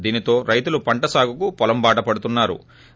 దీనితో రైతులు పంట సాగుకు పొలం బాట పడుతున్నా రు